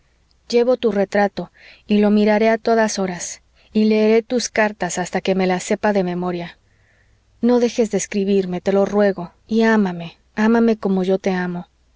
llevo tu retrato y lo miraré a todas horas y leeré tus cartas hasta que me las sepas de memoria no dejes de escribirme te lo ruego y ámame ámame como yo te amo